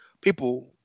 people